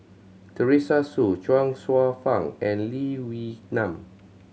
Teresa Hsu Chuang Hsueh Fang and Lee Wee Nam